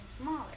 smaller